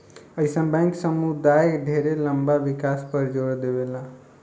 अइसन बैंक समुदाय ढेर लंबा विकास पर जोर देवेला